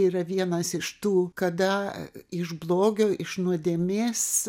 yra vienas iš tų kada iš blogio iš nuodėmės